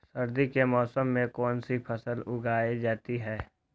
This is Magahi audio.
सर्दी के मौसम में कौन सी फसल उगाई जाती है?